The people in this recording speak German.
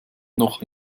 noch